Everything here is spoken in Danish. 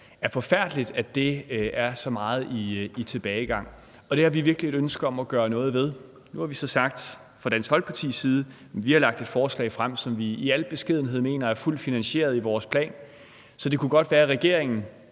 er forfærdeligt, at det er så meget i tilbagegang, og det har vi virkelig et ønske om gøre noget ved. Nu er vi så fra Dansk Folkepartis side lagt et forslag frem, som vi i al beskedenhed mener er fuldt finansieret i vores plan. Så det kunne godt være, regeringen